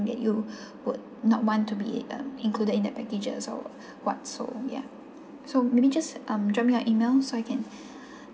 that you would not want to be uh included in the packages so what so ya so maybe just um drop me your email so I can